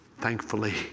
thankfully